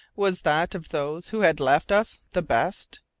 was that of those who had left us the best?